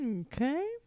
Okay